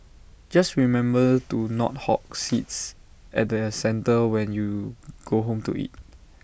just remember to not hog seats at the centre when you go home to eat